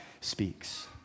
speaks